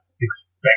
expect